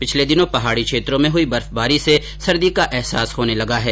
पिछले दिनों पहाडी क्षेत्रों में हुई बर्फबारी से सर्दी का एहसास होने लगा है